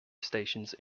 stations